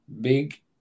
big